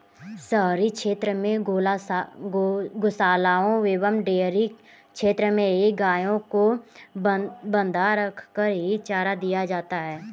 शहरी क्षेत्र में गोशालाओं एवं डेयरी क्षेत्र में ही गायों को बँधा रखकर ही चारा दिया जाता है